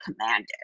commanded